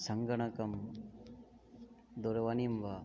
सङ्गणकं दूरवाणीं वा